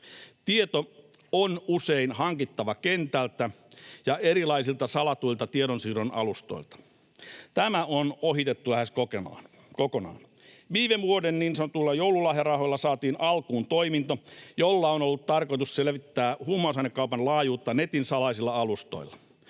Tieto on usein hankittava kentältä ja erilaisilta salatuilta tiedonsiirron alustoilta. Tämä on ohitettu lähes kokonaan. Viime vuoden niin sanotuilla joululahjarahoilla saatiin alkuun toiminto, jolla on ollut tarkoitus selvittää huumausainekaupan laajuutta netin salaisilla alustoilla.